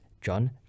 John